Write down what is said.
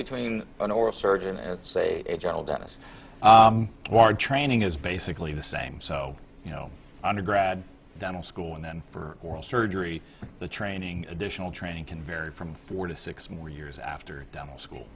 between an oral surgeon and it's a general dentist ward training is basically the same so you know undergrad dental school and then for oral surgery the training additional training can vary from four to six more years after them a school